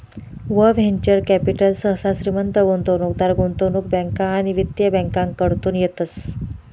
venture capital सहसा श्रीमंत गुंतवणूकदार, गुंतवणूक बँका आणि वित्तीय बँकाकडतून येतस